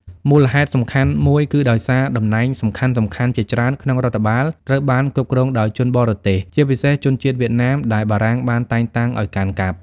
មូលហេតុសំខាន់មួយគឺដោយសារតំណែងសំខាន់ៗជាច្រើនក្នុងរដ្ឋបាលត្រូវបានគ្រប់គ្រងដោយជនបរទេស ជាពិសេសជនជាតិវៀតណាម ដែលបារាំងបានតែងតាំងឱ្យកាន់កាប់។